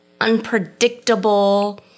unpredictable